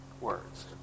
words